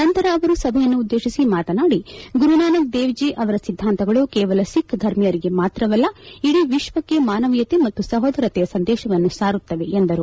ನಂತರ ಅವರು ಸಭೆಯನ್ನು ಉದ್ದೇತಿಸಿ ಮಾತನಾಡಿ ಗುರುನಾನಕ್ ದೇವ್ಜೀ ಅವರ ಸಿದ್ಧಾಂತಗಳು ಕೇವಲ ಸಿಖ್ ಧರ್ಮೀಯರಿಗೆ ಮಾತ್ರವಲ್ಲ ಇಡೀ ವಿಶ್ವಕ್ಕೆ ಮಾನವೀಯತೆ ಮತ್ತು ಸಹೋದರತೆಯ ಸಂದೇಶವನ್ನು ಸಾರುತ್ತವೆ ಎಂದರು